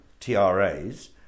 TRAs